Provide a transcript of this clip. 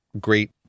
great